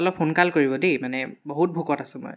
অলপ সোনকাল কৰিব দেই বহুত ভোকত আছোঁ মই